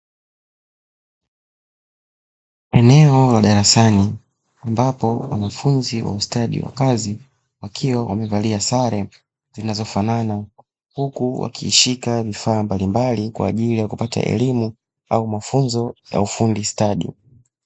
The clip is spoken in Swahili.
Eneo la darasani, ambapo wanafunzi wa ustadi wa kazi, wakiwa wamevalia sare zinazofanana, huku wakishika vitabu mbalimbali, kwa ajili ya kupata elimu au mafunzo ya ufundi stadi.